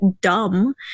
dumb